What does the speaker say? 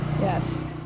Yes